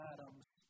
Adam's